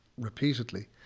repeatedly